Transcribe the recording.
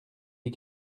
dit